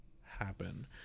happen